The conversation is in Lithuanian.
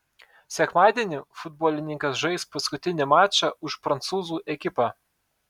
sekmadienį futbolininkas žais paskutinį mačą už prancūzų ekipą